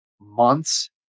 months